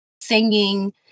singing